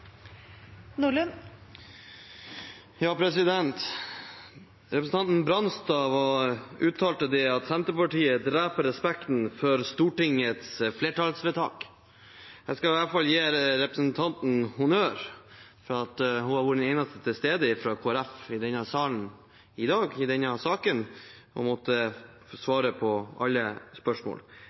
Nordlund har hatt ordet to ganger tidligere og får ordet til en kort merknad, begrenset til 1 minutt. Representanten Bransdal uttalte at Senterpartiet dreper respekten for Stortingets flertallsvedtak. Jeg skal i hvert fall gi representanten honnør for at hun i dag har vært den eneste til stede i salen fra Kristelig Folkeparti i denne saken, og